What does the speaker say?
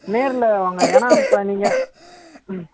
நேரில் வாங்க ஏன்னால் இப்போ நீங்கள் ம்